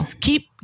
Keep